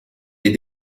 les